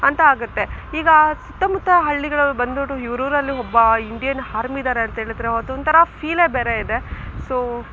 ಅಂತ ಆಗುತ್ತೆ ಈಗ ಸುತ್ತಮುತ್ತ ಹಳ್ಳಿಗಳವರು ಬಂದ್ಬಿಟ್ಟು ಇವರೂರಲ್ಲಿ ಒಬ್ಬ ಇಂಡಿಯನ್ ಹಾರ್ಮಿ ಇದ್ದಾರೆ ಅಂತ ಹೇಳಿದರೆ ಅದೊಂಥರಾ ಫೀಲೆ ಬೇರೆ ಇದೆ ಸೊ